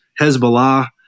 Hezbollah